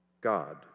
God